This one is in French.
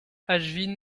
ashwin